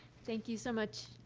thank you so much,